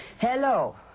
Hello